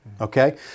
Okay